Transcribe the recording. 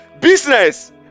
Business